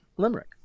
limerick